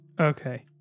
Okay